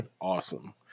awesome